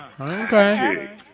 Okay